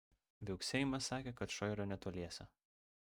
viauksėjimas sakė kad šuo yra netoliese